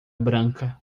branca